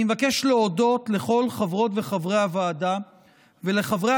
אני מבקש להודות לכל חברות וחברי הוועדה ולחברי